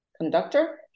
conductor